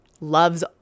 loves